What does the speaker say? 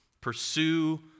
Pursue